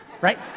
right